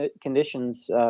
conditions